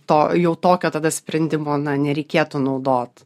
to jau tokio tada sprendimo na nereikėtų naudot